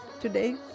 today